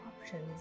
options